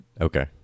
Okay